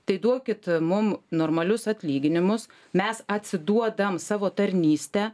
tai duokit mum normalius atlyginimus mes atsiduodam savo tarnystę